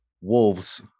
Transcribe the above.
wolves